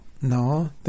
No